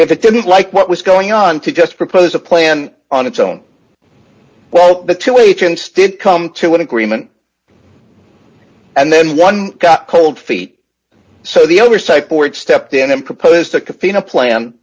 if it didn't like what was going on to just propose a plan on its own well the two agents did come to an agreement and then one got cold feet so the oversight board stepped in and proposed a cafe in a plan